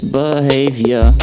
behavior